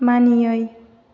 मानियै